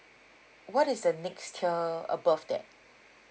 what is the next tier above that